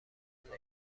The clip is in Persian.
آنها